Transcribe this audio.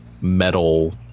metal